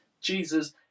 Jesus